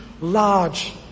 large